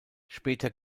später